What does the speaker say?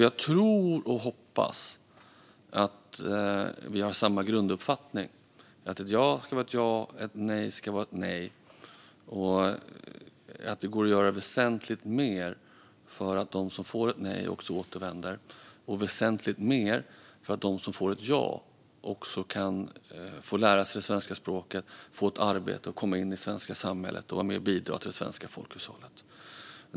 Jag tror och hoppas att vi har samma grunduppfattning, att ett ja ska vara ett ja och ett nej ska vara ett nej och att det går att göra väsentligt mer för att de som får ett nej också återvänder och för att de som får ett ja får lära sig svenska språket, får ett arbete, får komma in i det svenska samhället och får vara med och bidra till det svenska folkhushållet.